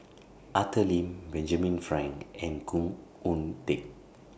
Arthur Lim Benjamin Frank and Khoo Oon Teik